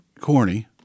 corny